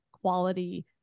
quality